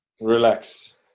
Relax